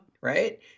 Right